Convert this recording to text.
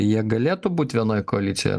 jie galėtų būti vienoj koalicijoj